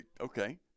okay